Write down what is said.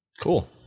Cool